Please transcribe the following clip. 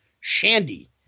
shandy